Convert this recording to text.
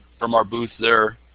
from our booth there.